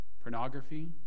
pornography